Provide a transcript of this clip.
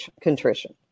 contrition